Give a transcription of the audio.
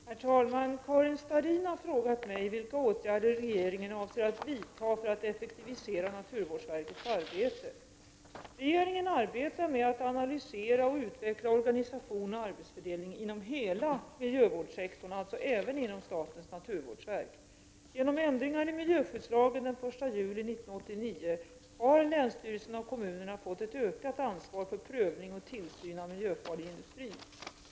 Herr talman! Karin Starrin har frågat mig vilka åtgärder regeringen avser att vidta för att effektivisera naturvårdsverkets arbete. Regeringen arbetar med att analysera och utveckla organisation och arbetsfördelning inom hela miljövårdssektorn, alltså även inom statens naturvårdsverk. Genom ändringar i miljöskyddslagen den 1 juli 1989 har länsstyrelserna och kommunerna fått ett ökat ansvar för prövning och tillsyn av miljöfarlig industri.